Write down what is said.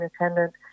attendant